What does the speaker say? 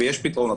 ויש פתרונות.